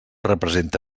representa